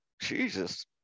jesus